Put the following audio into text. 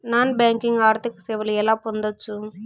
Non banking ఆర్థిక సేవలు ఎలా పొందొచ్చు?